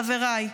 חבריי,